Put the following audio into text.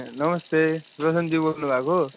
नमस्ते रोशनजी बोल्नु भएको